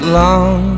long